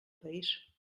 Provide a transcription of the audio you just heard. país